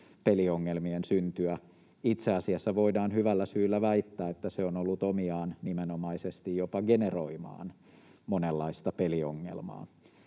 peliongelmien syntyä. Itse asiassa voidaan hyvällä syyllä väittää, että se on ollut omiaan nimenomaisesti jopa generoimaan monenlaista peliongelmaa.